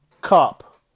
Cup